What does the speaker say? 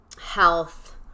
health